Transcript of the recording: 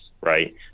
right